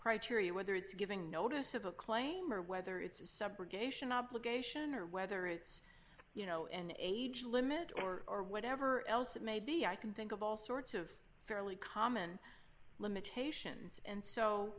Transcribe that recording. criteria whether it's giving notice of a claim or whether it's a subrogation obligation or whether it's you know an age limit or or whatever else it may be i can think of all sorts of fairly common limitations and so